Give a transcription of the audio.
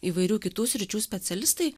įvairių kitų sričių specialistai